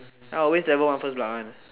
I always level one first blood one